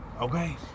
Okay